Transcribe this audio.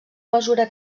mesura